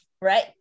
right